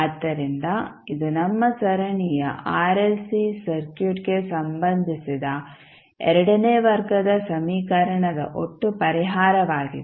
ಆದ್ದರಿಂದ ಇದು ನಮ್ಮ ಸರಣಿಯ ಆರ್ಎಲ್ಸಿ ಸರ್ಕ್ಯೂಟ್ ಗೆ ಸಂಬಂಧಿಸಿದ ಎರಡನೇ ವರ್ಗದ ಸಮೀಕರಣದ ಒಟ್ಟು ಪರಿಹಾರವಾಗಿದೆ